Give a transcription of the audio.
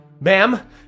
Ma'am-